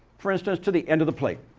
for instance, to the end of the plate.